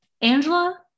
Angela